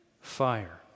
fire